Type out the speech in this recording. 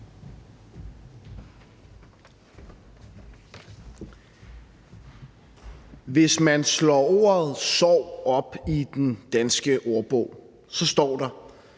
Hvis man slår ordet sorg op i den danske ordbog, står der: